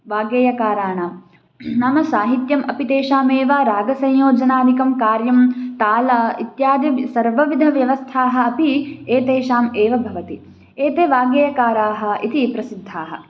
वाग्गेयकाराणां नाम साहित्यम् अपि तेषामेव रागसंयोजनादिकं कार्यं ताल इत्यादिसर्वविधव्यवस्थाः अपि एतेषाम् एव भवति एते वाग्गेयकाराः इति प्रसिद्धाः